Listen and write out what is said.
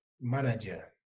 manager